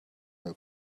will